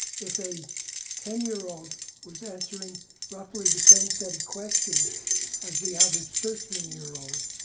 if a ten year old was answering roughly the same set of questions as the average thirteen year old,